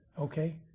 okay